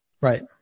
Right